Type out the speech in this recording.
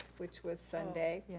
which was sunday.